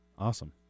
Awesome